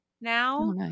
now